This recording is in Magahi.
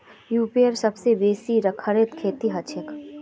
यूरोपत सबसे बेसी फरेर खेती हछेक